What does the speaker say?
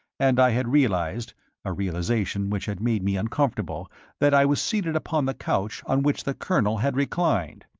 and i had realized a realization which had made me uncomfortable that i was seated upon the couch on which the colonel had reclined.